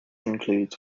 includes